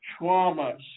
traumas